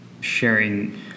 sharing